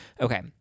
Okay